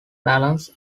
balance